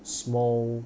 small